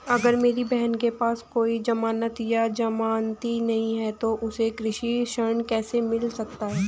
अगर मेरी बहन के पास कोई जमानत या जमानती नहीं है तो उसे कृषि ऋण कैसे मिल सकता है?